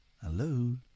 hello